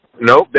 Nope